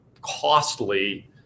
costly –